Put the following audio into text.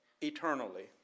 eternally